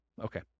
Okay